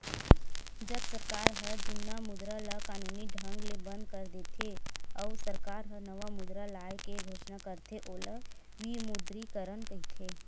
जब सरकार ह जुन्ना मुद्रा ल कानूनी ढंग ले बंद कर देथे, अउ सरकार ह नवा मुद्रा लाए के घोसना करथे ओला विमुद्रीकरन कहिथे